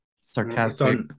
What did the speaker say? Sarcastic